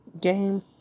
Game